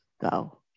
go